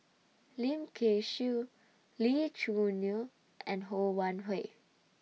Lim Kay Siu Lee Choo Neo and Ho Wan Hui